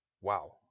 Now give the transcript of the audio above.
wow